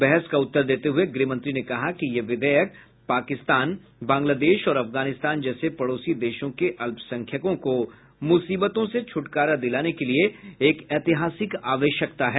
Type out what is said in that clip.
बहस का उत्तर देते हुए गृहमंत्री ने कहा कि यह विधेयक पाकिस्तान बांग्लादेश और अफगानिस्तान जैसे पड़ोसी देशों के अल्पसंख्यकों को मुसीबतों से छूटकारा दिलाने के लिए एक ऐतिहासिक आवश्यकता है